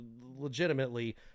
legitimately